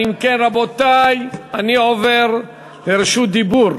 אם כן, רבותי, אני עובר לרשות דיבור.